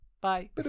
Bye